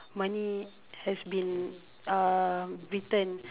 money has been uh returned